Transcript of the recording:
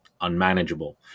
unmanageable